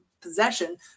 possession